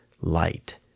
light